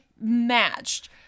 matched